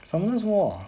summoners' war